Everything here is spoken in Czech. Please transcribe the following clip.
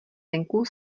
venku